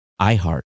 iHeart